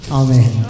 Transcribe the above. amen